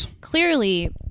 clearly